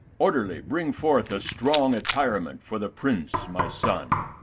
orderly bring forth a strong attirement for the prince my son.